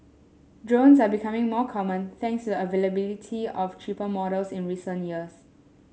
drones are becoming more common thanks the availability of cheaper models in recent years